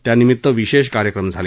त्यानिमित्त विशेष कार्यक्रम झाले